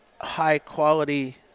high-quality